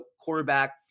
quarterback